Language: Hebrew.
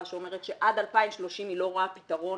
שאומרת שעד 2030 היא לא רואה פתרון